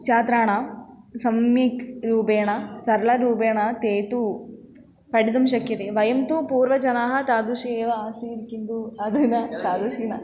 छात्राणां सम्यक् रूपेण सरलरूपेण ते तु पठितुं शक्यते वयं तु पूर्वजनाः तादृशी एव आसीत् किन्तु अधुना तादृशी न